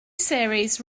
series